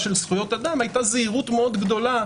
של זכויות אדם היתה זהירות מאוד גדולה,